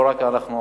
ולא רק אנחנו,